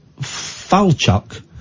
Falchuk